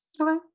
Okay